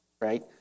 right